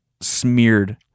smeared